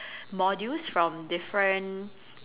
modules from different